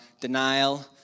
denial